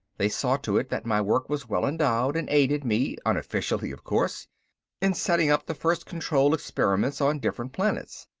they saw to it that my work was well endowed and aided me unofficially of course in setting up the first control experiments on different planets.